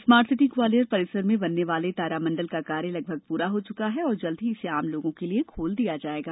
smart city Gwalior परिसर में बनने वाले तारामंडल का कार्य लगभग पूर्ण हो चुका है और जल्द ही इसे आम लोगो के लिये खोल दिया जायेगा